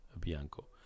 Bianco